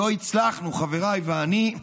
לא הצלחנו, חבריי ואני,